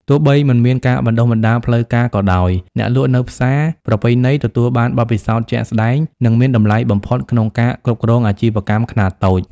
ទោះបីមិនមានការបណ្តុះបណ្តាលផ្លូវការក៏ដោយ អ្នកលក់នៅផ្សារប្រពៃណីទទួលបានបទពិសោធន៍ជាក់ស្តែង និងមានតម្លៃបំផុតក្នុងការគ្រប់គ្រងអាជីវកម្មខ្នាតតូច។